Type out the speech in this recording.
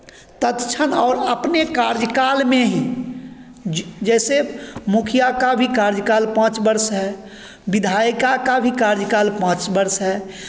तत्क्षण और अपने कार्यकाल में ही ज जैसे मुखिया का भी कार्यकाल पाँच वर्ष है विधायिका का भी कार्यकाल पाँच वर्ष है